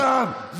זמני לא תם.